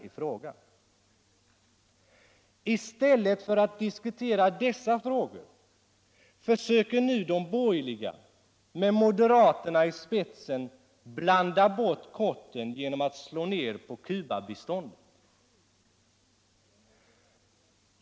I stället för att diskutera dessa frågor försöker 'nu de borgerliga, med moderaterna i spetsen, att blanda bort korten genom att slå ned på Cubabiståndet.